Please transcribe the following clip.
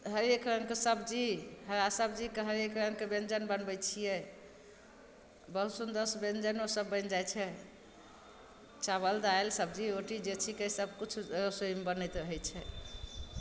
हरेक रङ्गके सब्जी हरा सब्जी हरेक रङ्गके ब्यञ्जन बनबै छियै बहुत सुन्दर सऽ ब्यञ्जनो सब बनि जाइ छै चाबल दालि सब्जी रोटी जे छिकै सब किछु रसोइमे बनैत रहै छै